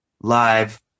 live